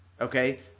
Okay